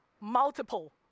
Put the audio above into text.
multiple